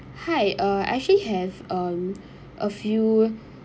hi uh I actually have um a few